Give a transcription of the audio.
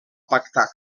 pactar